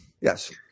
Yes